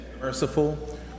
Merciful